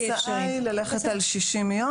כרגע ההצעה היא ללכת על 60 יום,